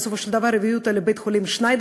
ובסופו של דבר הביאו אותה לבית-החולים שניידר.